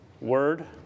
word